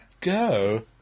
Go